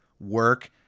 work